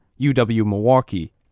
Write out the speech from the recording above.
UW-Milwaukee